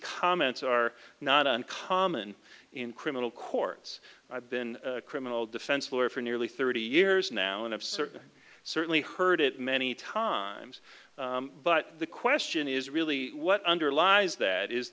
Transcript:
comments are not uncommon in criminal courts i've been a criminal defense lawyer for nearly thirty years now and i've certainly certainly heard it many times but the question is really what underlies that is